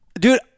Dude